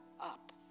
up